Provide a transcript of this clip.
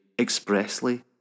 expressly